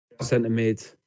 Centre-mid